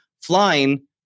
flying